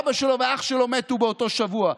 אבא שלו ואח שלו מתו באותו שבוע,